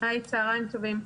צהריים טובים.